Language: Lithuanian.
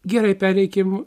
gerai pereikim